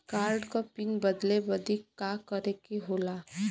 Card क pin बदले बदी का करे के होला?